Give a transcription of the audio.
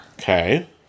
Okay